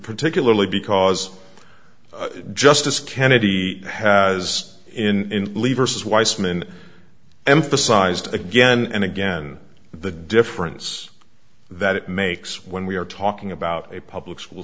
particularly because justice kennedy has in leavers weissmann emphasized again and again the difference that it makes when we are talking about a public school